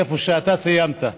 איפה שאתה סיימת.